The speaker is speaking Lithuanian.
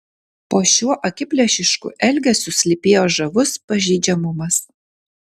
po šiuo akiplėšišku elgesiu slypėjo žavus pažeidžiamumas